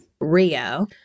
Rio